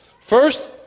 First